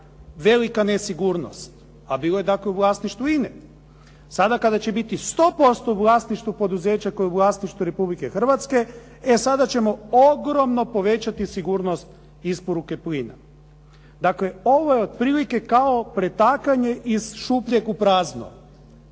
velika nesigurnost, a bilo je dakle u vlasništvu INA-e. Sada kada će biti 100% u vlasništvu poduzeća koji je u vlasništvu Republike Hrvatske, e sada ćemo ogromno povećati sigurnost isporuke plina. Dakle, ovo je otprilike kao pretakanje iz šupljeg u prazno.